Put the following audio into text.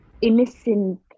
innocent